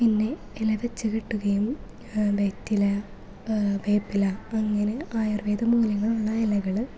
പിന്നെ ഇല വെച്ച് കെട്ടുകയും വെറ്റില വേപ്പില അങ്ങനെ ആയുർവേദ മൂല്യങ്ങളുള്ള ഇലകൾ